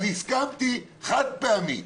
אז הסכמתי חד-פעמית.